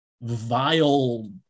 vile